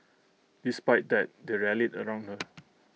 despite that they rallied around her